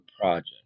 project